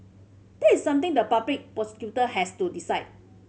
that is something the public prosecutor has to decide